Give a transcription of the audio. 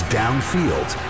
downfield